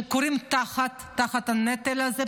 שכורעים תחת הנטל הזה,